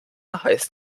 heißt